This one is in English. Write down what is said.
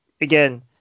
again